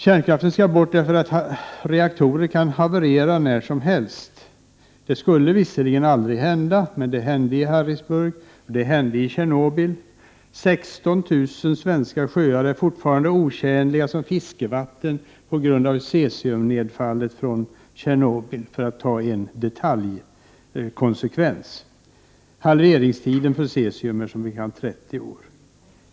Kärnkraften skall bort därför att reaktorer kan haverera när som helst. Det skulle visserligen aldrig kunna hända, men det hände ändå i Harrisburg och det hände i Tjernobyl. 16 000 svenska sjöar är fortfarande otjänliga som fiskevatten på grund av cesiumnedfallet från Tjernobyl, för att ta bara en detaljkonsekvens. Halveringstiden för cesium är som bekant 30 år.